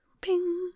Ping